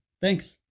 Thanks